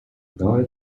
guy